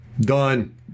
Done